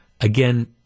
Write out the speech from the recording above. again